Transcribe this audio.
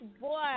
boy